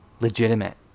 legitimate